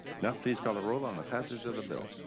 if not please call the role on the passage of the bill.